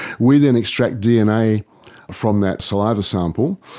we then extract dna from that saliva sample.